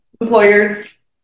Employers